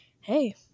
hey